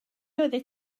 oeddet